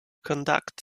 conduct